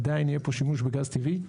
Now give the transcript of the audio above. עדיין יהיה פה שימוש בגז טבעי.